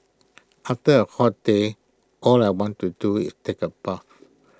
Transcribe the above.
after A hot day all I want to do is take A bath